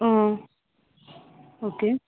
okay